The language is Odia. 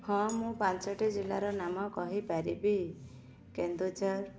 ହଁ ମୁଁ ପାଞ୍ଚଟି ଜିଲ୍ଲାର ନାମ କହିପାରିବି କେନ୍ଦୁଝର